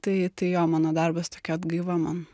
tai tai jo mano darbas tokia atgaiva man